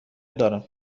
دارم